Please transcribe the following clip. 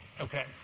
Okay